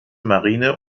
marine